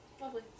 Lovely